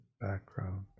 background